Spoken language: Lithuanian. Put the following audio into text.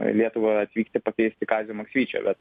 į lietuvą atvykti pakviesti kazio maksvyčio bet